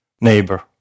neighbor